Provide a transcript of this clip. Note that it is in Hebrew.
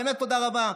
באמת תודה רבה.